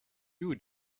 you